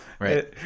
Right